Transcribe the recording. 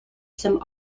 some